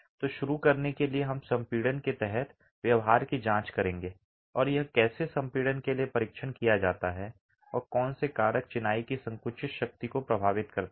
तो शुरू करने के लिए हम संपीड़न के तहत व्यवहार की जांच करेंगे और यह कैसे संपीड़न के लिए परीक्षण किया जाता है और कौन से कारक चिनाई की संकुचित शक्ति को प्रभावित करते हैं